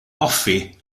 goffi